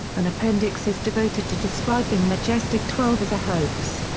an appendix is devoted to describing majestic twelve as a hoax.